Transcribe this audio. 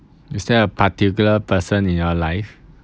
is there a particular person in your life